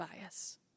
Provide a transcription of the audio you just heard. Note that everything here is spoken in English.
bias